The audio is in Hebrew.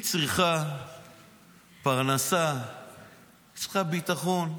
היא צריכה פרנסה, היא צריכה ביטחון.